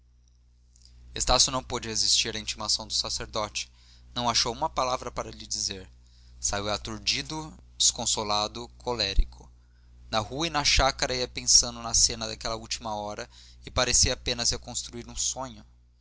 breviário estácio não pôde resistir à intimação do sacerdote não achou uma palavra para lhe dizer saiu aturdido desconsolado colérico na rua e na chácara ia pensando na cena daquela última hora e parecia apenas reconstruir um sonho